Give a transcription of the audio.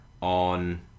on